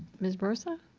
ms. bursa?